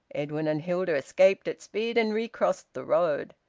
edwin and hilda escaped at speed and recrossed the road.